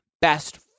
best